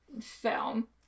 film